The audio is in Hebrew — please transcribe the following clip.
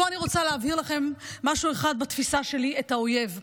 אני רוצה להבהיר לכם פה משהו אחד בתפיסה שלי את האויב: